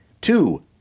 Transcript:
two